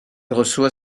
reçoit